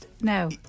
No